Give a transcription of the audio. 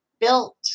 built